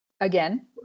Again